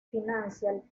financial